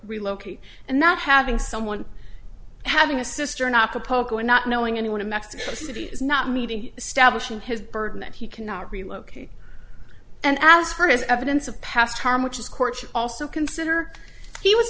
relocate and not having someone having a sister not a poco not knowing anyone in mexico city is not meeting establishing his burden that he cannot relocate and as far as evidence of past harm which of course you also consider he was